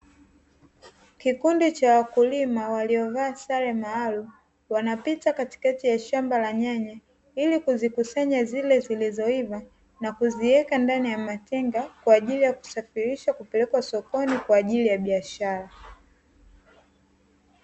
Kikundi cha wakulima waliovaa sare maalumu wanapita katikati ya shamba la nyanya, ili kuzikusanya zile zilizoiva na kuziweka ndani ya matenga kwa ajili ya kusafirishwa kwenda sokoni kwa ajili ya biashara.